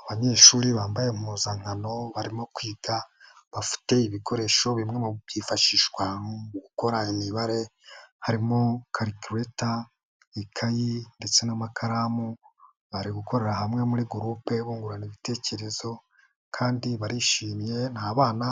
Abanyeshuri bambaye impuzankano barimo kwiga bafite ibikoresho bimwe mu byifashishwa mu gukora imibare, harimo kalikureta, ikayi ndetse n'amakaramu, bari gukorera hamwe muri gurupe bungurana ibitekerezo, kandi barishimye, ni abana